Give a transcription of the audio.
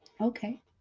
Okay